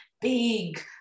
big